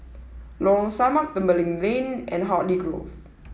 Lorong Samak Tembeling Lane and Hartley Grove